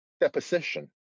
deposition